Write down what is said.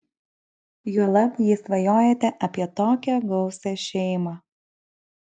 juolab jei svajojate apie tokią gausią šeimą